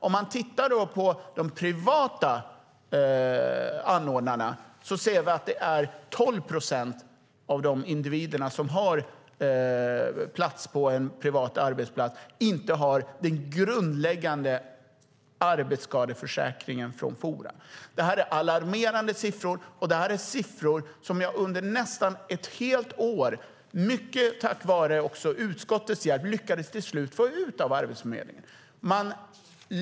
Om vi tittar på de privata anordnarna ser vi att 12 procent av de individer som har plats på en privat arbetsplats inte har den grundläggande arbetsskadeförsäkringen från Fora. Detta är alarmerande siffror som vi efter nästan ett helt år, mycket tack vare utskottets hjälp, till slut lyckades få ut från Arbetsförmedlingen.